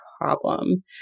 problem